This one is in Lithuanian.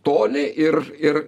toli ir ir